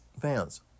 fans